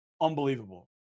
unbelievable